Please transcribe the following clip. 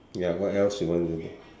ya what else you want to do